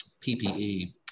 PPE